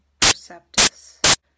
Perceptus